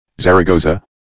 Zaragoza